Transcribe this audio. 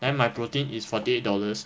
then my protein is forty eight dollars